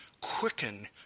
quicken